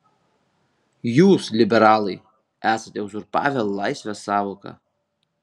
jūs liberalai esate uzurpavę laisvės sąvoką